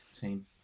team